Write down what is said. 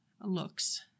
looks